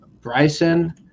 Bryson